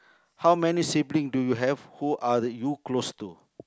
how many sibling do you have who are you close to